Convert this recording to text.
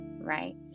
right